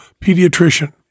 pediatrician